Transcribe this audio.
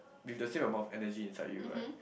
with the same amount of energy inside you right